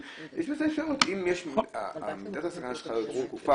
צד קבוע,